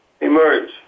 emerge